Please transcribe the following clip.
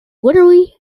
literally